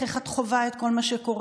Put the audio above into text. איך את חווה את כל מה שקורה?